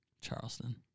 Charleston